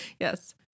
Yes